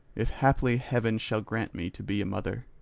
if haply heaven shall grant me to be a mother.